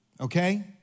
Okay